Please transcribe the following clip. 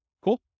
Cool